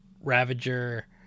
Ravager